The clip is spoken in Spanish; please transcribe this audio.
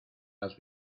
las